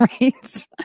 right